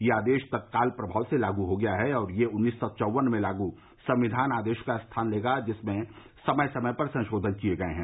यह आदेश तत्काल प्रभाव से लागू हो गया है और यह उन्नीस सौ चौवन में लागू संविधान आदेश का स्थान लेगा जिसमें समय समय पर संशोधन किये गये हैं